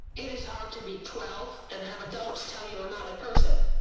it is hard to be twelve and have adults tell you are not a person.